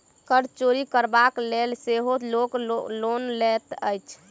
कर चोरि करबाक लेल सेहो लोक लोन लैत अछि